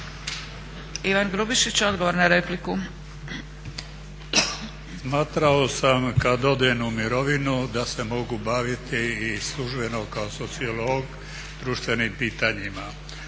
Damir Kajin, odgovor na repliku.